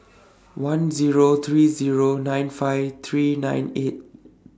one Zero three Zero nine five three nine eight